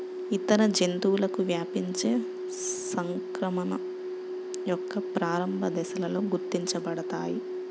ఇతర జంతువులకు వ్యాపించే సంక్రమణ యొక్క ప్రారంభ దశలలో గుర్తించబడతాయి